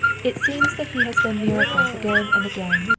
it seems that he has done miracles again and again.